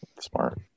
Smart